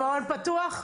במעון פתוח?